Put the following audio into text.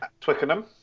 Twickenham